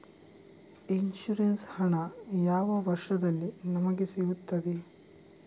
Insurance ಹಣ ಯಾವ ವರ್ಷದಲ್ಲಿ ನಮಗೆ ಸಿಗುತ್ತದೆ?